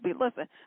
Listen